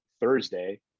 Thursday